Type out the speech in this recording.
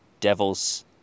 devil's